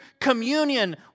communion